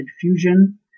Fusion